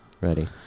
Ready